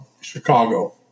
Chicago